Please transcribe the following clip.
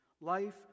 Life